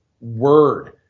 word